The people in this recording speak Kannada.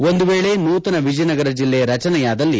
ಒಂದು ವೇಳೆ ನೂತನ ವಿಜಯನಗರ ಜಿಲ್ಲೆ ರಚನೆಯಾದಲ್ಲಿ